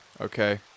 okay